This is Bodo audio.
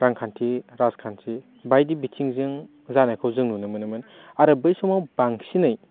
रांखान्थि राजखान्थि बायदि बिथिंजों जानायखौ जों नुनो मोनोमोन आरो बे समाव बांसिनै